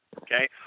okay